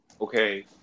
okay